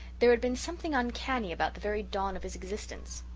there had been something uncanny about the very dawn of his existence.